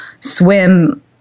swim